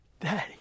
Daddy